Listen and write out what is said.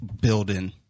building